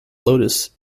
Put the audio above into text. lotus